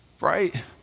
Right